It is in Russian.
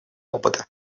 опыта